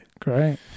Great